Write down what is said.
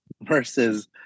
Versus